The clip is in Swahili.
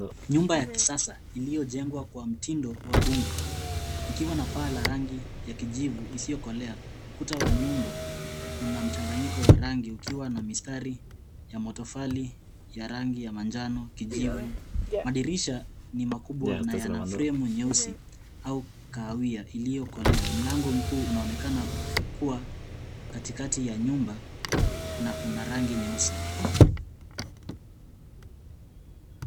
Nyumba ya kisasa iliyojengwa kwa mtindo wa bunge ikiwa na paa la rangi ya kijivu isiyokolea. Kuta wa nyumba una mchanganyiko wa rangi ukiwa na mistari ya matofali ya rangi ya manjano, kijivu. Madirisha ni makubwa na yana fremu nyeusi au kahawia iliyokolea. Mlango mkuu unaonekana ukikua katikati ya nyumba na una rangi nyeusi.